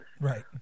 Right